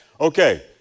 Okay